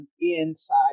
inside